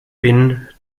bin